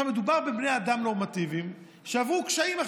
מדובר בבני אדם נורמטיביים שעברו קשיים,